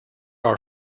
are